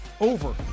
over